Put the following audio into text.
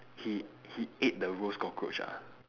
he he ate the roast cockroach ah